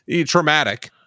traumatic